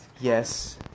Yes